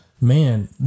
Man